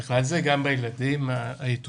בכלל זה, גם בילדים היתומים.